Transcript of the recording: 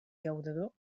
llaurador